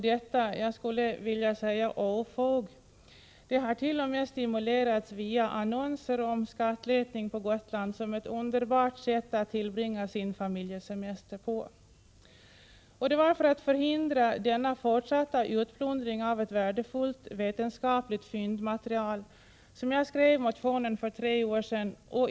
Detta ofog, som jag vill kalla det, har t.o.m. stimulerats via annonser om skattletning på Gotland, som beskrivits som ett underbart sätt att tillbringa sin familjesemester på. Det var för att förhindra denna fortsatta utplundring av ett värdefullt vetenskapligt fyndmaterial som jag skrev motionen för tre år sedan.